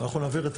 אנחנו נעביר את